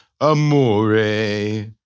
amore